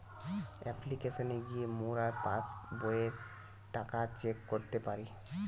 অপ্লিকেশনে গিয়ে মোরা পাস্ বইয়ের টাকা চেক করতে পারি